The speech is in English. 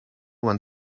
one